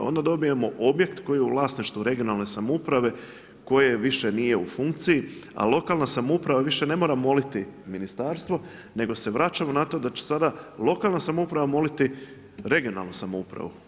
Onda dobijemo objekt koji je u vlasništvu regionalne samouprave koji više nije u funkciji a lokalna samouprava više ne mora moliti ministarstvo nego se vraćamo na to da će sada lokalna samouprava moliti regionalnu samoupravu.